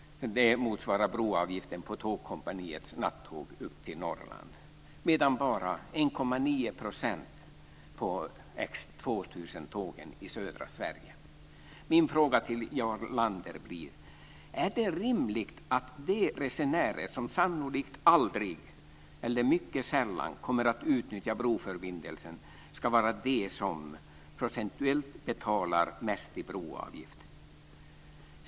Det motsvarar broavgiften på Tågkompaniets nattåg upp till Norrland, men bara 1,9 % på X 2000-tågen i södra Sverige. Min fråga till Jarl Lander blir: Är det rimligt att de resenärer som sannolikt aldrig eller mycket sällan kommer att utnyttja broförbindelsen ska vara de som procentuellt betalar mest i broavgift?